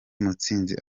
mutsinzi